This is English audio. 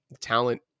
talent